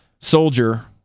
soldier